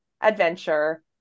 adventure